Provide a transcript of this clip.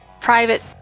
Private